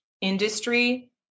industry